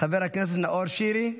חבר נאור שירי,